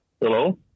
Hello